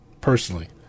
personally